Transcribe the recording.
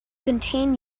contain